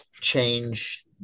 change